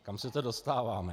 Kam se to dostáváme?